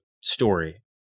story